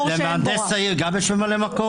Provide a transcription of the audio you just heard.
למהנדס העיר גם יש ממלא-מקום?